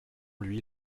lui